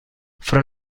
fra